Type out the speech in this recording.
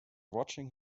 watching